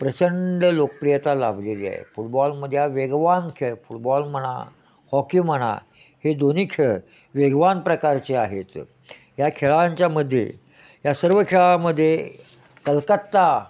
प्रचंड लोकप्रियता लाभलेली आहे फुटबॉलमध्ये हा वेगवान खेळ फुटबॉल म्हणा हॉकी म्हणा हे दोन्ही खेळ वेगवान प्रकारचे आहेत या खेळांच्यामध्ये या सर्व खेळामध्ये कलकत्ता